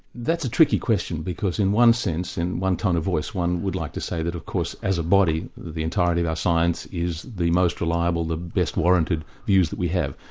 that's a tricky question, because in one sense, in one tone of voice, one would like to say that of course as a body, the entirety of our science is the most reliable, the best warranted views that we have.